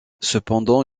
cependant